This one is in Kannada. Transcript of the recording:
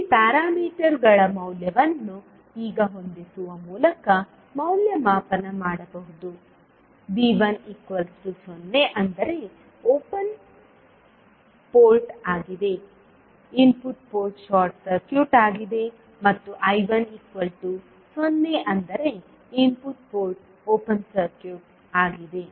ಇಲ್ಲಿ ಪ್ಯಾರಾಮೀಟರ್ಗಳ ಮೌಲ್ಯವನ್ನು ಈಗ ಹೊಂದಿಸುವ ಮೂಲಕ ಮೌಲ್ಯಮಾಪನ ಮಾಡಬಹುದು V1 0 ಅಂದರೆ ಓಪನ್ ಪೋರ್ಟ್ ಆಗಿದೆ ಇನ್ಪುಟ್ ಪೋರ್ಟ್ ಶಾರ್ಟ್ ಸರ್ಕ್ಯೂಟ್ ಆಗಿದೆ ಮತ್ತು I1 0 ಅಂದರೆ ಇನ್ಪುಟ್ ಪೋರ್ಟ್ ಓಪನ್ ಸರ್ಕ್ಯೂಟ್ ಆಗಿದೆ